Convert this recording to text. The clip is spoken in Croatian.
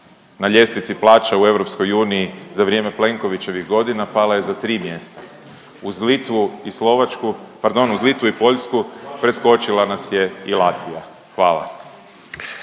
na ljestvici plaća u EU za vrijeme Plenkovićevih godina, pala je za tri mjesta, uz Litvu i Slovačku, pardon, uz Litvu i